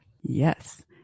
Yes